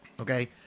okay